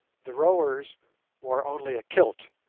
the rowers wore only a kilt,